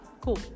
cool